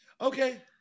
Okay